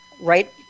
right